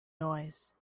noise